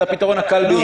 זה הפתרון הקל ביותר.